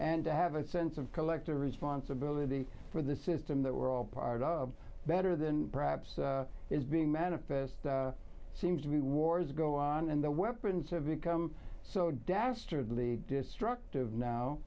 and to have a sense of collective responsibility for the system that we're all part of better than perhaps is being manifest seems to be wars go on and the weapons have become so dastardly destructive now